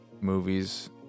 movies